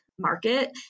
market